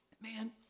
Man